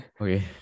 okay